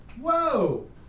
whoa